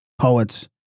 Poets